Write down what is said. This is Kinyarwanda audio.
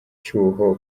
cyuho